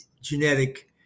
genetic